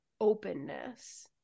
openness